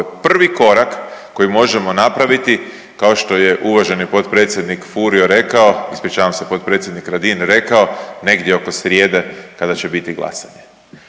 prvi korak koji možemo napraviti kao što je uvaženi potpredsjednik Furio rekao, ispričavam se potpredsjednik Radin rekao negdje oko srijede kada će biti glasanje,